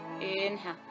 Inhale